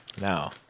Now